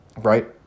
Right